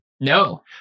no